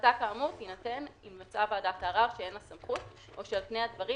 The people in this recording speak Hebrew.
החלטה כאמור תינתן אם מצאה ועדת הערר שאין לה סמכות או שעל פני הדברים